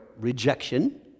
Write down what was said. rejection